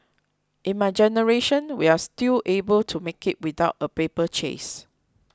in my generation we are still able to make it without a paper chase